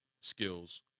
skills